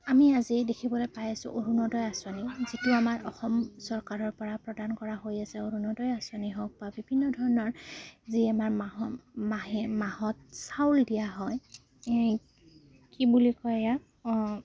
আমি আজি দেখিবলৈ পাই আছোঁ অৰুণোদয় আঁচনি যিটো আমাৰ অসম চৰকাৰৰ পৰা প্ৰদান কৰা হৈ আছে অৰুণোদয় আঁচনিয়েই হওক বা বিভিন্ন ধৰণৰ যি আমাৰ ম মাহে মাহত চাউল দিয়া হয় কি বুলি কয় ইয়াক